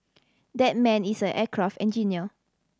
that man is an aircraft engineer